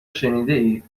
شنیدهاید